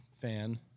fan